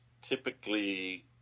typically